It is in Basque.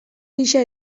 gisa